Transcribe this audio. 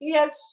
Yes